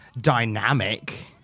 dynamic